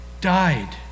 died